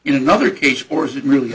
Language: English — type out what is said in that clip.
in another case or is it really